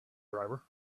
driver